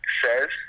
says